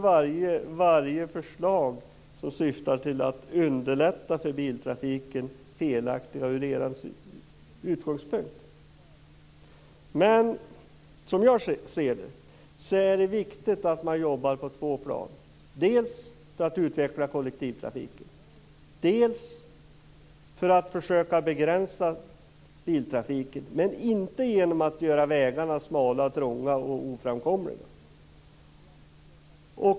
Därför blir varje förslag som syftar till att underlätta för biltrafiken felaktigt från er utgångspunkt. Som jag ser det är det viktigt att man jobbar på två plan, dels för att utveckla kollektivtrafiken, dels för att försöka begränsa biltrafiken, men inte genom att göra vägarna smala, trånga och oframkomliga.